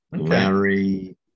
Larry